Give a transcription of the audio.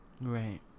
Right